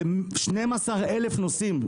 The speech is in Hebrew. ו-12,000 נוסעים,